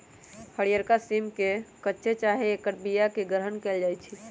हरियरका सिम के कच्चे चाहे ऐकर बियाके ग्रहण कएल जाइ छइ